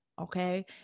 Okay